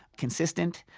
consistent,